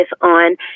on